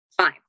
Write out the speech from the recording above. Fine